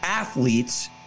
Athletes